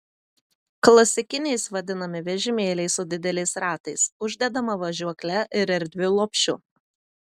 klasikiniais vadinami vežimėliai su dideliais ratais uždedama važiuokle ir erdviu lopšiu